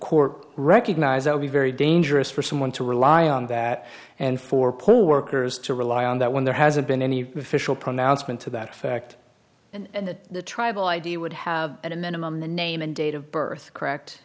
court recognized i would be very dangerous for someone to rely on that and for poor workers to rely on that when there hasn't been any official pronouncement to that fact and that the tribal idea would have at a minimum the name and date of birth correct